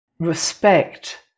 respect